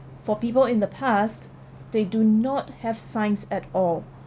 for people in the past they do not have science at all